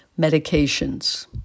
medications